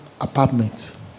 apartment